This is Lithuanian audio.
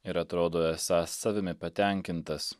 ir atrodo esąs savimi patenkintas